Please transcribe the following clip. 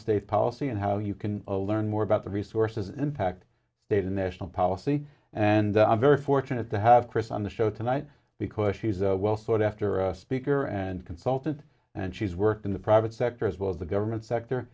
state policy and how you can learn more about the resources impact state and national policy and i'm very fortunate to have chris on the show tonight because he's a well sort after speaker and consultant and she's worked in the private sector as well as the government sector